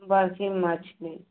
बड़की मछली